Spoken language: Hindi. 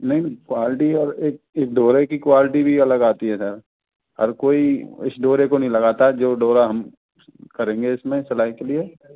नहीं क्वालिटी और एक एक डोरे की क्वालिटी भी अलग आती है सर हर कोई इस डोरे को नहीं लगाता जो डोरा हम करेंगे इसमें सिलाई के लिए